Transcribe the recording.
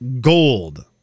Gold